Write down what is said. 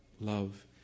love